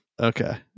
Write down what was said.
okay